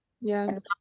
Yes